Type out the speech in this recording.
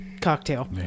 cocktail